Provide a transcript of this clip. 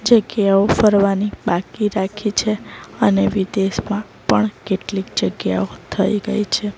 જગ્યાઓ ફરવાની બાકી રાખી છે અને વિદેશમાં પણ કેટલીક જગ્યાઓ થઈ ગઈ છે